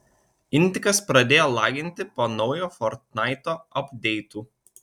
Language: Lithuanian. intikas pradėjo laginti po naujo fortnaito apdeitų